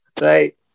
right